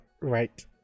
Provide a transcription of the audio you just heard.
right